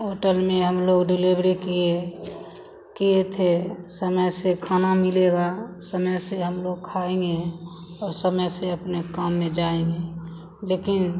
hotel में हमलोग delivery किए किए थे समय से खाना मिलेगा समय से हमलोग खाएँगे और समय से अपने काम में जाएँगे लेकिन